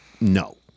no